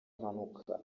mpanuka